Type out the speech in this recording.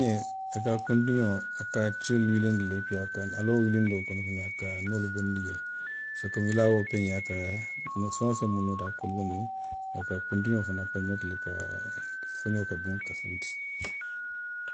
Peňee, a ka kuntiňoo, a ka tiolu wulindi de le, iyoo, a la wo wulindoo kono loŋ a ka noolu bondi jee. Se komiŋ i la wo peňee a ka noo, feŋ woo feŋ mu noo ti, a ka wolu bo le, a ka kuntiňoo fanaŋ perimeetiri ka, foňoo ka duŋ ka funti